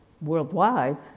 worldwide